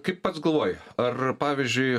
kaip pats galvoji ar pavyzdžiui